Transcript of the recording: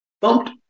bumped